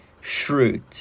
shrewd